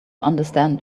understand